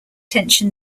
tension